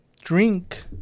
Drink